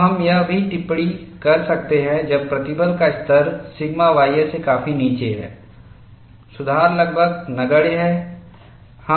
तो हम यह भी टिप्पणी कर सकते हैं जब प्रतिबल का स्तर सिग्मा ys से काफी नीचे है सुधार लगभग नगण्य है